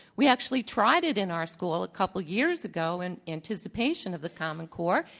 we actually tried it in our school a couple years ago in anticipation of the common core,